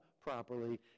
properly